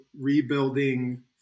rebuilding